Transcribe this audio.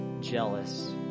jealous